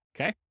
okay